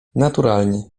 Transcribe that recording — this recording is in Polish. naturalnie